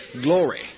glory